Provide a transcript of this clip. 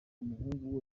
umuhungu